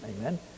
Amen